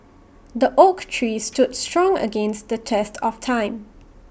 the oak tree stood strong against the test of time